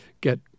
get